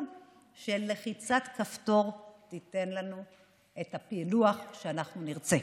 שלחיצת כפתור תיתן לנו את הפילוח שאנחנו נרצה,